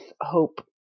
hope